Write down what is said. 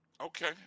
Okay